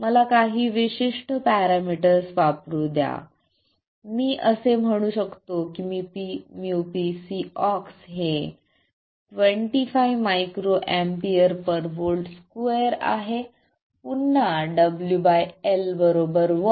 मला काही विशिष्ट पॅरामीटर्स वापरू द्या मी असे म्हणू शकतो की µpCox हे 25 µAvolt2 आहे पुन्हा WL1